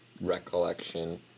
recollection